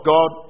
God